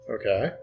Okay